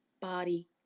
body